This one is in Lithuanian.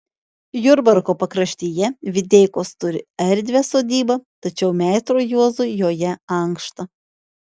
jurbarko pakraštyje videikos turi erdvią sodybą tačiau meistrui juozui joje ankšta